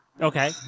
Okay